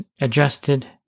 adjusted